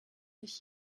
sich